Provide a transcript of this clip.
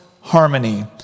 harmony